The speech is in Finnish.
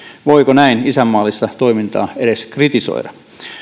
voiko näin isänmaallista toimintaa edes kritisoida